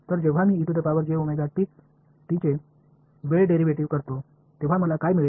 तर जेव्हा मी चे वेळ डेरिव्हेटिव्ह करतो तेव्हा मला काय मिळेल